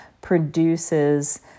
produces